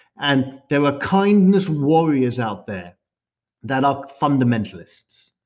and there are kindness warriors out there that are fundamentalists,